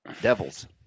Devils